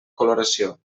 coloració